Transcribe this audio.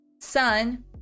sun